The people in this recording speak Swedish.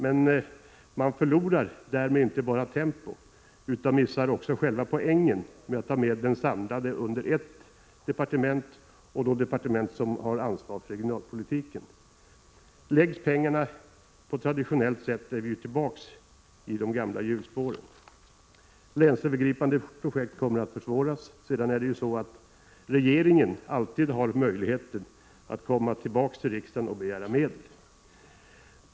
Men därmed förlorar man inte bara tempo, utan man missar också själva poängen med att ha medlen samlade under ett departement, det departement som har ansvar för regionalpolitiken. Läggs pengarna på traditionellt sätt är vi ju tillbaka igen i de gamla hjulspåren. Länsövergripande projekt kommer att försvåras. Vidare har ju regeringen alltid möjlighet att komma tillbaka till riksdagen och begära medel.